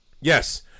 yes